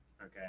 Okay